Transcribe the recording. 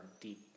deep